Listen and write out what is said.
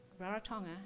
Rarotonga